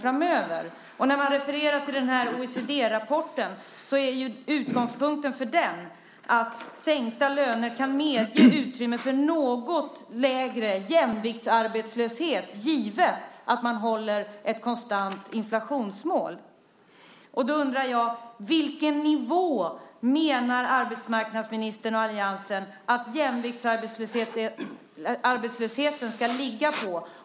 I den OECD-rapport som det refereras till är utgångspunkten att sänkta löner kan medge utrymme för något lägre jämviktsarbetslöshet givet att man håller ett konstant inflationsmål. Vilken nivå menar arbetsmarknadsministern och alliansen att jämviktsarbetslösheten ska ligga på?